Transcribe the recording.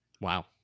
Wow